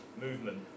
movement